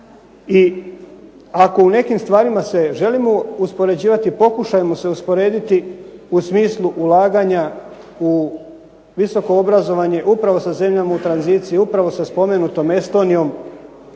i ako u nekim stvarima se želimo uspoređivati pokušajmo se usporediti u smislu ulaganja u visoko obrazovanje upravo sa zemljama u tranziciji, upravo sa spomenutom Estonijom,